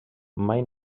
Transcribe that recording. mai